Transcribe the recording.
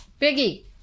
Biggie